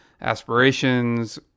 aspirations